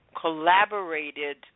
collaborated